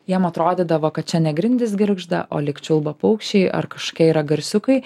jam atrodydavo kad čia ne grindys girgžda o lyg čiulba paukščiai ar kažkokie yra garsiukai